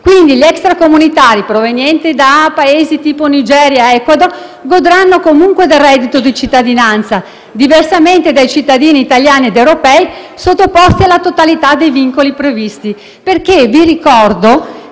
Quindi, gli extracomunitari provenienti da Paesi tipo Nigeria o Ecuador godranno comunque del reddito di cittadinanza, diversamente dai cittadini italiani ed europei sottoposti alla totalità dei vincoli previsti. Vi ricordo